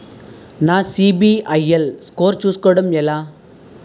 నా CIBIL score చుస్కోవడం ఎలా?